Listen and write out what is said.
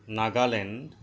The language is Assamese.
নাগালেণ্ড